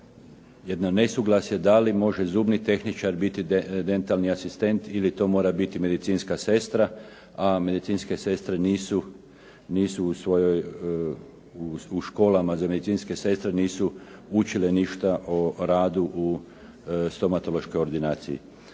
jedno nesuglasje da li može zubni tehničar biti dentalni asistent ili to mora biti medicinska sestra, a medicinske sestre nisu u školama za medicinske sestre učila ništa o radu u stomatološkoj ordinaciji.